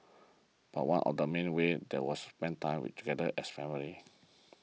but one of the mini ways that was spent time together as a family